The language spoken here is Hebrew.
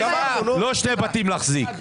לא שני בתים להחזיק.